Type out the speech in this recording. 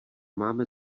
máme